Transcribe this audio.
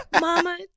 mama